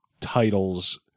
titles